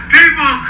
people